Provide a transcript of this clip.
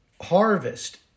harvest